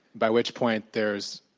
by which point there is,